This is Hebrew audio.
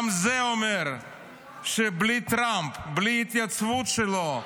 גם זה אומר שבלי טראמפ, בלי התייצבות שלו,